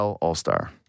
all-star